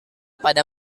pada